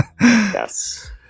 Yes